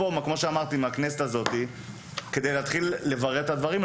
כדי להתחיל לברר את הדברים,